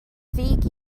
ddig